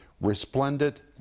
resplendent